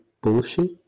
bullshit